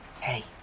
Hey